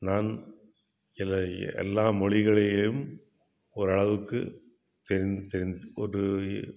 நான் எல்ல எல்லா மொழிகளைம் ஓரளவுக்குத் தெரிந்து